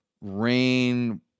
Rain